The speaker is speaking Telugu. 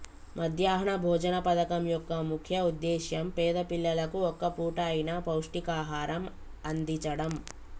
మధ్యాహ్న భోజన పథకం యొక్క ముఖ్య ఉద్దేశ్యం పేద పిల్లలకు ఒక్క పూట అయిన పౌష్టికాహారం అందిచడం